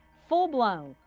full-blown,